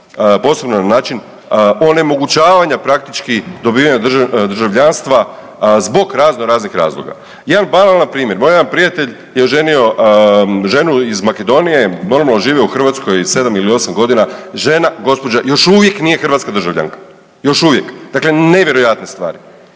posebno na način onemogućavanja praktički dobijanja državljanstva zbog razno raznih razloga. Jedan banalan primjer. Moj jedan prijatelj je oženio ženu iz Makedonije, normalno žive u Hrvatskoj 7 ili 8.g., žena gospođa još uvijek nije hrvatska državljanka, još uvijek. Dakle, nevjerojatne stvari,